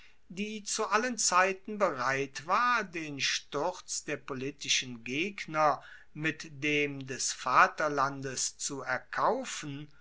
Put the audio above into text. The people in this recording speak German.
die zu allen zeiten bereit war den sturz der politischen gegner mit dem des vaterlandes zu erkaufen